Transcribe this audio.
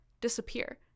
disappear